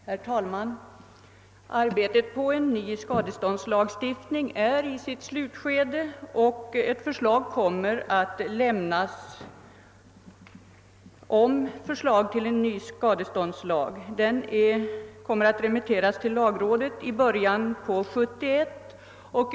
Herr talman! Arbetet på en ny skadeståndslagstiftning är i sitt slutskede och ett förslag till en ny skadeståndslag kommer att remitteras till lagrådet i början av 1971.